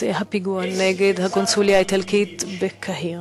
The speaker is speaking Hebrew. את הפיגוע נגד הקונסוליה האיטלקית בקהיר.